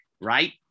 right